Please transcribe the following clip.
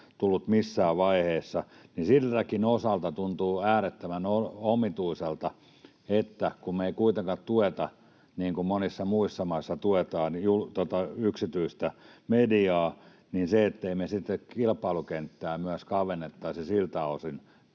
tullut missään vaiheessa. Siltäkin osalta tuntuu äärettömän omituiselta — kun me ei kuitenkaan tueta, niin kuin monissa muissa maissa tuetaan, yksityistä mediaa — se, ettei me kilpailukenttää myös kavennettaisi siltä osin,